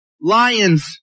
lions